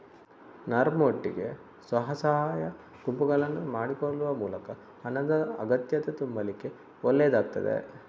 ನರ್ಮ್ ಒಟ್ಟಿಗೆ ಸ್ವ ಸಹಾಯ ಗುಂಪುಗಳನ್ನ ಮಾಡಿಕೊಳ್ಳುವ ಮೂಲಕ ಹಣದ ಅಗತ್ಯತೆ ತುಂಬಲಿಕ್ಕೆ ಒಳ್ಳೇದಾಗ್ತದೆ